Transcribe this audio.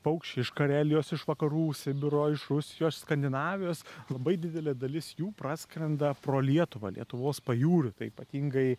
paukščiai iš karelijos iš vakarų sibiro iš rusijos skandinavijos labai didelė dalis jų praskrenda pro lietuvą lietuvos pajūriu tai ypatingai